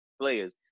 players